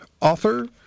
author